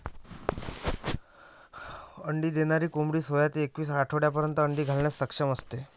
अंडी देणारी कोंबडी सोळा ते एकवीस आठवड्यांपर्यंत अंडी घालण्यास सक्षम असते